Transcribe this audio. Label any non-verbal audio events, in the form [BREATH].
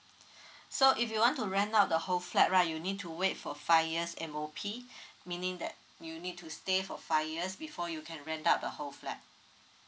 [BREATH] so if you want to rent out the whole flat right you'll need to wait for five years M_O_P [BREATH] meaning that you'll need to stay for five years before you can rent out the whole flat